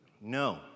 No